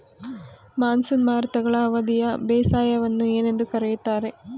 Monsoon ಮಾರುತಗಳ ಅವಧಿಯ ಬೇಸಾಯವನ್ನು ಏನೆಂದು ಕರೆಯುತ್ತಾರೆ?